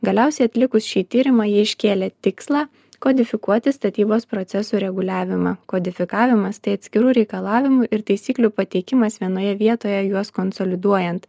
galiausiai atlikus šį tyrimą ji iškėlė tikslą kodifikuoti statybos procesų reguliavimą kodifikavimas tai atskirų reikalavimų ir taisyklių pateikimas vienoje vietoje juos konsoliduojant